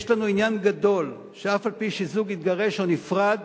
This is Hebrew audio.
יש לנו עניין גדול שאף-על-פי שזוג התגרש, או נפרד,